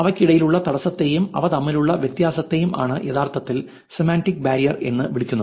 അവയ്ക്കിടയിലുള്ള തടസ്സത്തെയും അവ തമ്മിലുള്ള വ്യത്യാസത്തെയും ആണ് യഥാർത്ഥത്തിൽ സെമാന്റിക് ബാരിയർ എന്ന് വിളിക്കുന്നത്